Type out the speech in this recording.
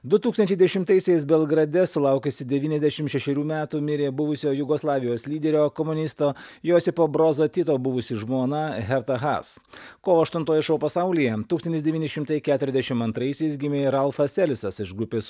du tūkstančiai dešimtaisiais belgrade sulaukusi devyniasdešimt šešerių metų mirė buvusio jugoslavijos lyderio komunisto josipo brozatito buvusi žmona herta has kovo aštuntoji šou pasaulyje tūkstantis devyni šimtai keturiasdešimt antraisiais gimė ralfas selisas iš grupės